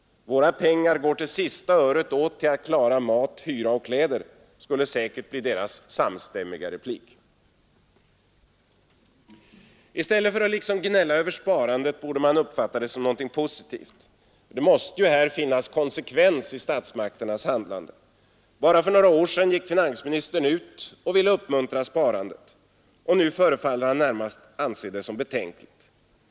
”Våra pengar går till sista öret åt till att klara mat, hyra och kläder”, skulle säkert bli deras samstämmiga replik. I stället för att gnälla över sparandet borde man uppfatta det som något positivt. Det måste ändå finnas någon konsekvens i statsmakternas handlande. Bara för några år sedan gick finansministern ut och ville uppmuntra sparandet. Nu förefaller han närmast anse det som betänkligt.